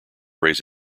raise